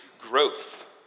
growth